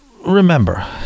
remember